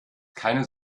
keine